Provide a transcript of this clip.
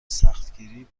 سختگیری